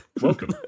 Welcome